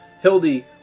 Hildy